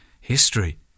history